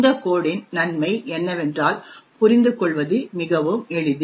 இந்த கோட் இன் நன்மை என்னவென்றால் புரிந்துகொள்வது மிகவும் எளிது